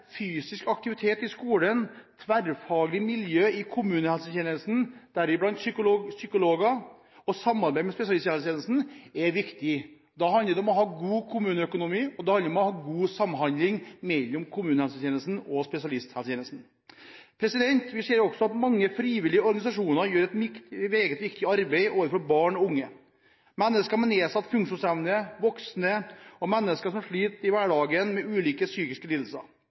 fysisk aktivitet på skolen, tverrfaglig miljø i kommunehelsetjenesten – deriblant psykologer – og samarbeid med spesialisthelsetjenesten er viktig. Da handler det om å ha god kommuneøkonomi, og det handler om å ha god samhandling mellom kommunehelsetjenesten og spesialisthelsetjenesten. Vi ser også at mange frivillige organisasjoner gjør et meget viktig arbeid overfor barn og unge, mennesker med nedsatt funksjonsevne, voksne og mennesker som sliter i hverdagen med ulike psykiske lidelser.